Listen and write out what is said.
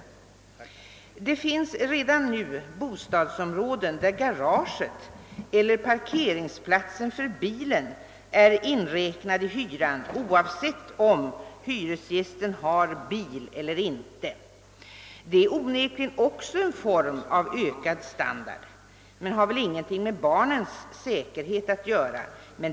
Det finns redan nu bostadsområden, där garaget eller parkeringsplatsen för bilen är inräknad i hyran, oavsett om hyresgästen har bil eller inte. Det är onekligen också en form av ökad standard men har väl ingenting med barnens säkerhet att göra.